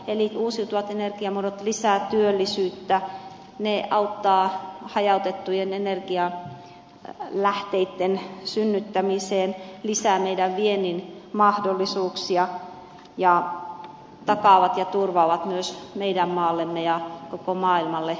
eli uusiutuvat energiamuodot lisäävät työllisyyttä ne auttavat hajautettujen energialähteitten synnyttämisessä lisäävät meidän vientimme mahdollisuuksia ja takaavat ja turvaavat myös meidän maallemme ja koko maailmalle puhtaan tulevaisuuden